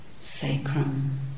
sacrum